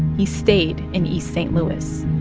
he stayed in east st. louis